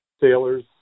sailors